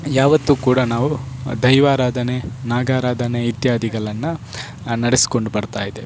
ಯಾವತ್ತೂ ಕೂಡ ನಾವು ದೈವಾರಾಧನೆ ನಾಗಾರಾಧನೆ ಇತ್ಯಾದಿಗಳನ್ನು ನಡೆಸಿಕೊಂಡು ಬರ್ತಾಯಿದ್ದೇವೆ